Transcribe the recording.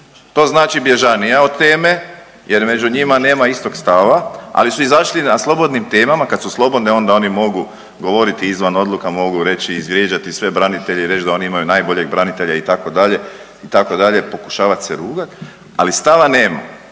to znači bježanija od teme jer među njima nema istog stava, ali su izašli na slobodnim temama, kad su slobodne onda oni mogu govoriti izvan odluka, mogu reći i izvrijeđati sve branitelje i reći da oni imaju najboljeg branitelja itd., itd., pokušavat se rugat, ali stava nema.